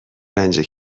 رنجه